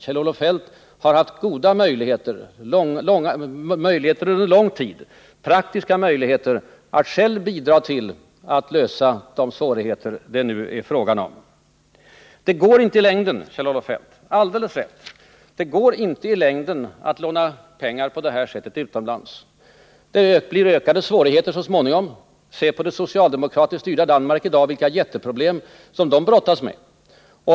Kjell-Olof Feldt har under lång tid haft goda praktiska möjligheter att själv bidra till att klara de svårigheter det nu är fråga om. Det är alldeles rätt, Kjell-Olof Feldt, att det i längden inte går att låna pengar på det här sättet utomlands. Det blir ökade svårigheter så småningom. Se på det socialdemokratiskt styrda Danmark — vilka jätteproblem man där brottas med!